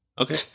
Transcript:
Okay